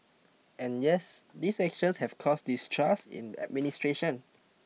and yes these actions have caused distrust in administration